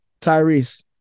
Tyrese